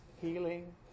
healing